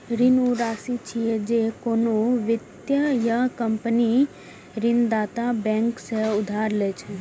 ऋण ऊ राशि छियै, जे कोनो व्यक्ति या कंपनी ऋणदाता बैंक सं उधार लए छै